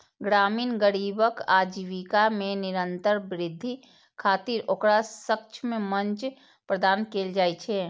ग्रामीण गरीबक आजीविका मे निरंतर वृद्धि खातिर ओकरा सक्षम मंच प्रदान कैल जाइ छै